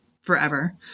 forever